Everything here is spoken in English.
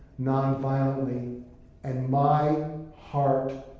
nonviolently and my heart.